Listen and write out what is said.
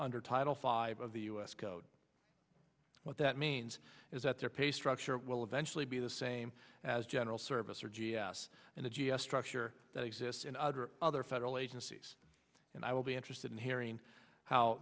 under title five of the u s code what that means is that their pay structure will eventually be the same as general service or g s and the g s truck sure that exist other federal agencies and i will be interested in hearing how